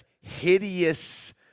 Hideous